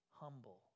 humble